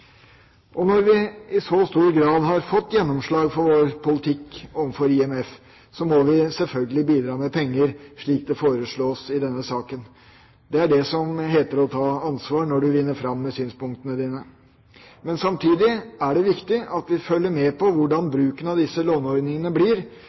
Når vi i så stor grad har fått gjennomslag for vår politikk overfor IMF, må vi selvfølgelig bidra med penger, slik det foreslås i denne saken. Det er det som heter å ta ansvar når man vinner fram med synspunktene sine. Samtidig er det viktig at vi følger med på hvordan